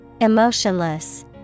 Emotionless